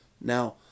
Now